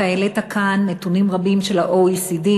אתה העלית כאן נתונים רבים של ה-OECD,